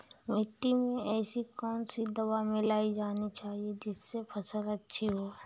मिट्टी में ऐसी कौन सी दवा मिलाई जानी चाहिए जिससे फसल अच्छी हो?